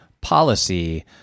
policy